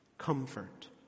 comfort